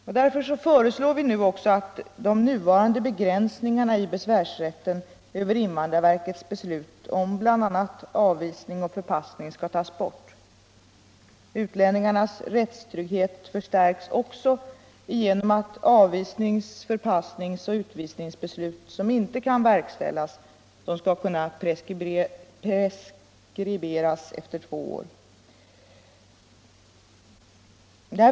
I propositionen föreslås därför att de nuvarande begränsningarna i besvärsrätten över invandrarverkets beslut om bl.a. avvisning och förpassning tas bort. Utlänningars rättstrygghet förstärks också genom att avvisnings-, förpassningsoch utvisningsbeslut som inte verkställs skall kunna preskriberas efter två år.